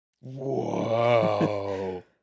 Whoa